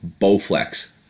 Bowflex